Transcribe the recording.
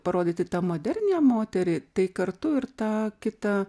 parodyti tą modernią moterį tai kartu ir tą kitą